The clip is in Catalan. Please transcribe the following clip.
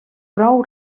prou